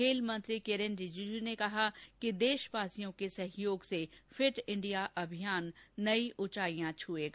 खेलमंत्री किरेन रिजिजू ने कहा कि देशवासियों के सहयोग से यह अभियान नई ऊंचाइयां छूएगा